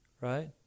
Right